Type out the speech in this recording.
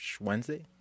Wednesday